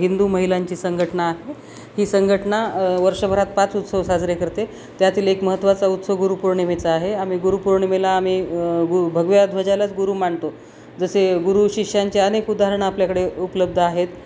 हिंदू महिलांची संघटना आहे ही संघटना वर्षभरात पाच उत्सव साजरे करते त्यातील एक महत्त्वाचा उत्सव गुरुपौर्णिमेचा आहे आम्ही गुरूपौर्णिेमेला आम्ही गु भगव्या ध्वजालाच गुरू मानतो जसे गुरु शिष्यांचे अनेक उदाहरणं आपल्याकडे उपलब्ध आहेत